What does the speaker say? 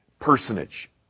personage